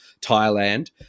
Thailand